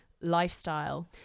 lifestyle